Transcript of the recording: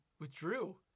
withdrew